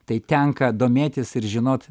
tai tenka domėtis ir žinot